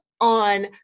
on